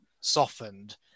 softened